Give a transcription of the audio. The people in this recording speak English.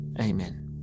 Amen